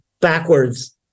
backwards